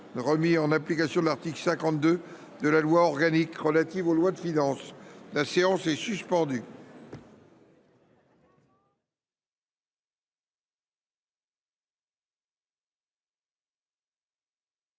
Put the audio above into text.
remis en application de l’article 52 de la loi organique relative aux lois de finances. La parole est à M.